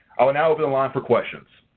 i will now open the line for questions.